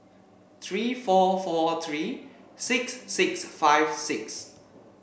three four four three six six five six